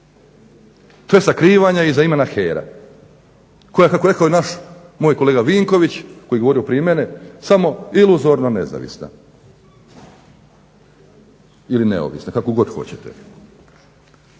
sakrivanje iza imena HERA koja je kako je rekao naš, moj kolega Vinković koji je govorio prije mene, samo iluzorno nezavisna ili neovisna, kako god hoćete.